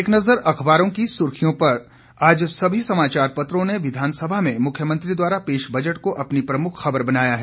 एक नज़र अखबारों की सुर्खियों पर आज सभी समाचार पत्रों ने विधानसभा में मुख्यमंत्री द्वारा पेश बजट को अपनी प्रमुख खबर बनाया है